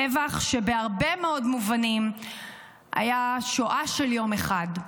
טבח שבהרבה מאוד מובנים היה שואה של יום אחד.